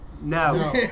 No